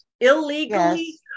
illegally